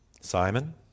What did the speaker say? Simon